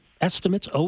estimates